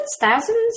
thousands